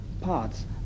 parts